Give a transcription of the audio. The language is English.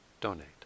donate